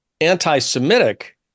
anti-semitic